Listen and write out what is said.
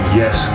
yes